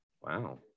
Wow